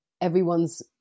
everyone's